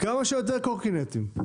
כמה שיותר קורקינטים,